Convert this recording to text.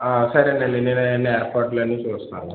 సరేనండి నేను అవన్నీ ఏర్పాట్లన్నీ చూస్తాను